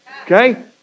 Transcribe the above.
Okay